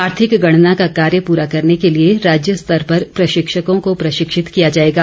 आर्थिक गणना का कार्य पूरा करने के लिए राज्य स्तर पर प्रशिक्षकों को प्रशिक्षित किया जाएगा